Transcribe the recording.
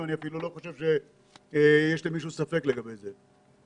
ואני לא חושב שיש למישהו ספק לגבי זה.